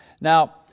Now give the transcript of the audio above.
Now